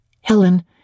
Helen